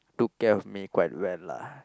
took care of me quite well lah